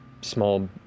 small